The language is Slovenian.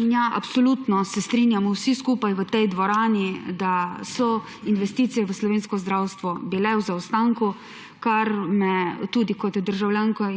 Ja, absolutno se strinjamo vsi skupaj v tej dvorani, da so investicije v slovensko zdravstvo bile v zaostanku, kar me tudi kot državljanko